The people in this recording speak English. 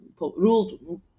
ruled